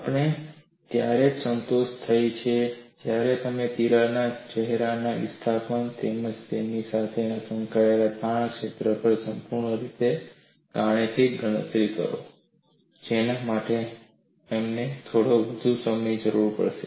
આપણે ત્યારે જ સંતુષ્ટ થઈ શકીએ છીએ જ્યારે તમે તિરાડોના ચહેરાના વિસ્થાપન તેમજ તેની સાથે સંકળાયેલ તણાવ ક્ષેત્ર પર સંપૂર્ણ રીતે ગાણિતિક ગણતરી કરો જેના માટે અમને થોડો વધુ સમયની જરૂર પડશે